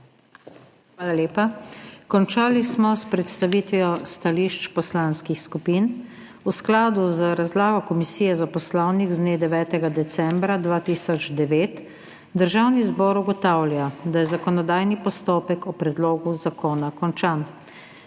Hvala lepa. Končali smo s predstavitvijo stališč poslanskih skupin. V skladu z razlago Komisije za poslovnik z dne 9. decembra 2009 Državni zbor ugotavlja, da je zakonodajni postopek o predlogu zakona končan.